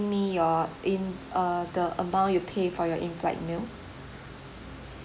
me your in uh the amount you pay for your in flight meal